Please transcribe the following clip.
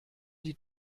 die